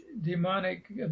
demonic